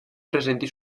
presenti